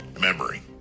memory